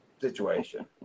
situation